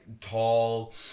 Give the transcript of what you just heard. tall